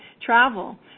travel